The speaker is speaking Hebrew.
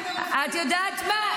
--- את יודעת מה?